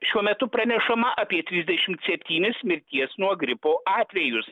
šiuo metu pranešama apie trisdešimt septynis mirties nuo gripo atvejus